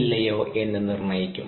ഇല്ലയോ എന്ന് നിർണ്ണയിക്കും